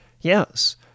Yes